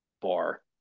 bar